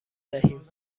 دهیم